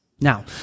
Now